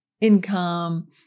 income